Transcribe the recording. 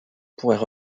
pourrait